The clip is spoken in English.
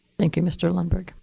thank you, mr. lundberg.